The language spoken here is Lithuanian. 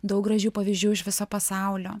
daug gražių pavyzdžių iš viso pasaulio